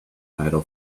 tidal